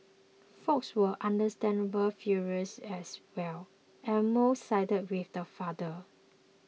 folks were understandably furious as well and most sided with the father